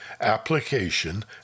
application